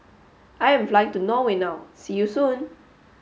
I am flying to Norway now see you soon